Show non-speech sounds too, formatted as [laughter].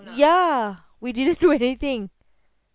ya we didn't [laughs] do anything